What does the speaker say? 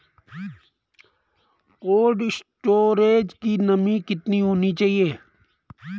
Cold storage की नमी कितनी होनी चाहिए?